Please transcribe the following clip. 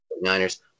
Niners